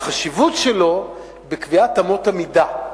החשיבות שלו בקביעת אמות המידה.